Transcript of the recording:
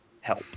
help